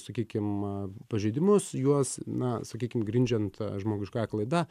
sakykim a pažeidimus juos na sakykim grindžiant žmogiškaja klaida